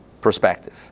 perspective